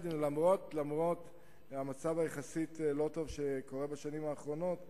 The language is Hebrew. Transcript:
למרות המצב הלא-טוב, יחסית, בשנים האחרונות,